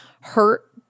hurt